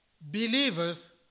believers